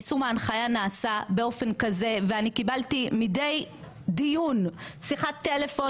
יישום ההנחיה נעשה באופן כזה ואני קיבלתי מדי דיון שיחת טלפון